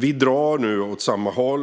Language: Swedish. Vi drar nu åt samma håll.